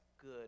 good